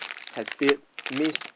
has failed means